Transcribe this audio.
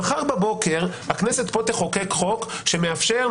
מחר בבוקר הכנסת פה תחוקק חוק שמאפשר,